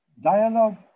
Dialogue